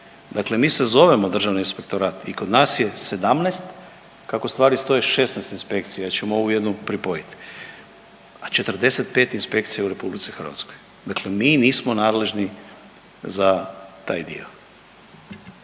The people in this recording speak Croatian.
Dakle, mi se zovemo Državni inspektorat i kod nas je 17 kako stvari stoje 16 inspekcija jer ćemo ovu jednu pripojit, a 45 inspekcija u RH, dakle mi nismo nadležni za taj dio.